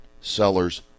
sellers